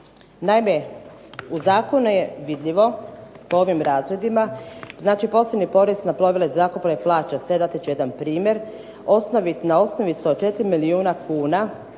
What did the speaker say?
Naime, u zakonu je vidljivo po ovim razredima, znači posebni porez na plovila i zrakoplove plaća se, dati ću jedan primjer, na osnovicu od 4 milijuna kuna,